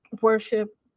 worship